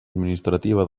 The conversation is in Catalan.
administrativa